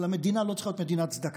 אבל המדינה לא צריכה להיות מדינת צדקה,